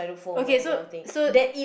okay so so